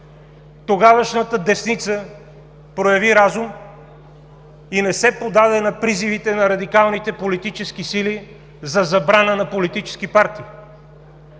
Тогавашната десница прояви разум и не се поддаде на призивите на радикалните политически сили за забрана на политически партии.